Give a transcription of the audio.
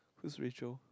who is Rachel